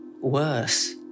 Worse